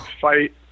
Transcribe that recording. fight